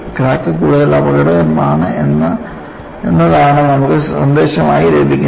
crack കൂടുതൽ അപകടകരമാണ് എന്നതാണ് നമുക്ക് സന്ദേശമായി ലഭിക്കുന്നത്